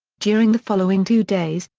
during the following two days,